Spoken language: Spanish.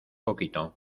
poquito